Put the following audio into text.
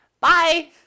bye